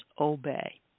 obey